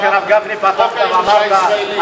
בחוק הירושה הישראלי.